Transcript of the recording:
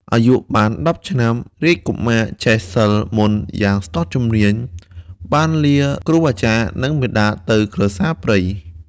អាយុបាន១០ឆ្នាំ រាជកុមារចេះសិល្ប៍មន្តយ៉ាងស្ទាត់ជំនាញបានលាគ្រូអាចារ្យ និងមាតាទៅក្រសាលព្រៃ។